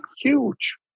huge